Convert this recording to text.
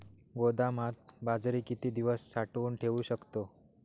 गोदामात बाजरी किती दिवस साठवून ठेवू शकतो?